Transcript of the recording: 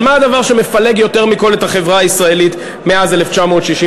אבל מה הדבר שמפלג יותר מכול את החברה הישראלית מאז 1967?